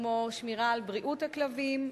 כמו שמירה על בריאות הכלבים,